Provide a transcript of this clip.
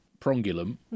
prongulum